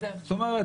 תלוי.